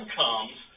comes